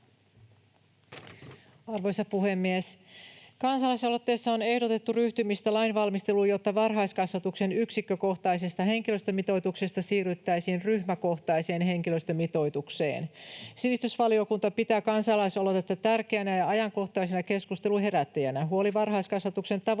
Arvoisa puhemies! Kansalaisaloitteessa on ehdotettu ryhtymistä lainvalmisteluun, jotta varhaiskasvatuksen yksikkökohtaisesta henkilöstömitoituksesta siirryttäisiin ryhmäkohtaiseen henkilöstömitoitukseen. Sivistysvaliokunta pitää kansalaisaloitetta tärkeänä ja ajankohtaisena keskustelun herättäjänä. Huoli varhaiskasvatuksen tavoitteiden